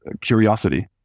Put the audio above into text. curiosity